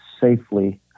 safely